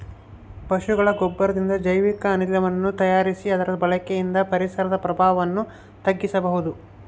ಪಶುಗಳ ಗೊಬ್ಬರದಿಂದ ಜೈವಿಕ ಅನಿಲವನ್ನು ತಯಾರಿಸಿ ಅದರ ಬಳಕೆಯಿಂದ ಪರಿಸರದ ಪ್ರಭಾವವನ್ನು ತಗ್ಗಿಸಬಹುದು